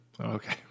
Okay